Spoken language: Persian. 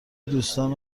دوستان